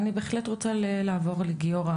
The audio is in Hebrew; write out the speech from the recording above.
אני בהחלט רוצה לעבור לגיורא